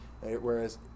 Whereas